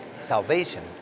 salvation